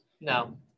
No